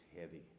heavy